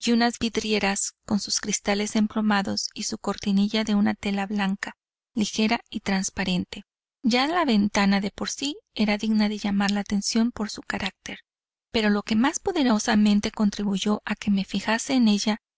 y unas vidrieras con sus cristales emplomados y su cortinilla de una tela blanca ligera y transparente ya la ventana de por sí era digna de llamar la atención por su carácter pero lo que más poderosamente contribuyó a que me fijase en ella